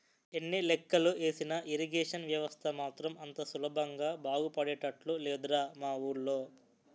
ఎన్ని లెక్కలు ఏసినా ఇరిగేషన్ వ్యవస్థ మాత్రం అంత సులభంగా బాగుపడేటట్లు లేదురా మా వూళ్ళో